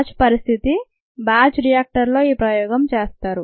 batch పరిస్థితి batch reactor లో ఈ ప్రయోగం చేస్తారు